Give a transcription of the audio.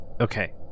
Okay